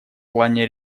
плане